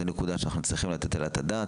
זו נקודה שאנחנו צריכים לתת עליה את הדעת.